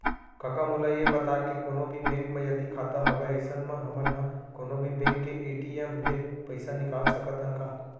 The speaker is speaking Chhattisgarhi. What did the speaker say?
कका मोला ये बता के कोनों भी बेंक म यदि खाता हवय अइसन म हमन ह कोनों भी बेंक के ए.टी.एम ले पइसा निकाल सकत हन का?